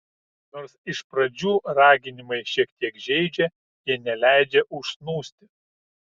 nors iš pat pradžių raginimai šiek tiek žeidžia jie neleidžia užsnūsti